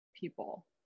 people